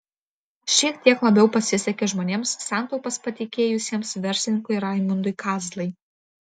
šiek tiek labiau pasisekė žmonėms santaupas patikėjusiems verslininkui raimundui kazlai